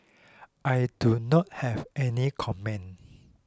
I do not have any comment